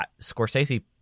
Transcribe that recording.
Scorsese